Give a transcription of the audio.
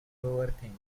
overthink